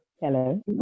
Hello